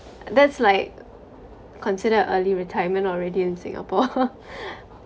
that's like considered early retirement already in singapore